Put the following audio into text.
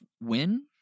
win